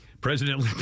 President